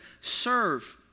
serve